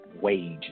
wage